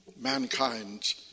mankind